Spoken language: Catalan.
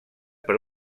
per